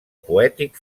poètic